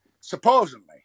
supposedly